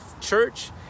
church